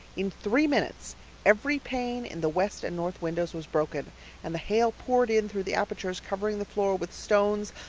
in three minutes every pane in the west and north windows was broken and the hail poured in through the apertures covering the floor with stones,